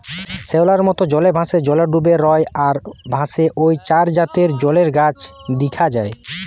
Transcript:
শ্যাওলার মত, জলে ভাসে, জলে ডুবি রয় আর ভাসে ঔ চার জাতের জলের গাছ দিখা যায়